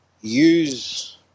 use